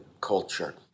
culture